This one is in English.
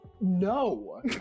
no